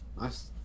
Nice